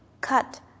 cut